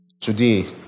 today